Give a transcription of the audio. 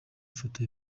ifoto